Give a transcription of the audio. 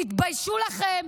תתביישו לכם.